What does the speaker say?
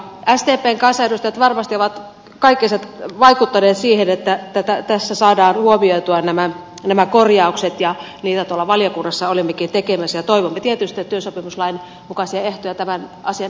sdpn kansanedustajat varmasti ovat kaikkensa vaikuttaneet siihen että tässä saadaan huomioitua nämä korjaukset ja niitä tuolla valiokunnassa olemmekin tekemässä ja toivomme tietysti että työsopimuslain mukaisia ehtoja tämän asian